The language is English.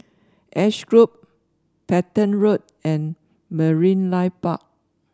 Ash Grove Petain Road and Marine Life Park